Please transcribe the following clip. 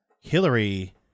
Hillary